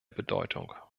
bedeutung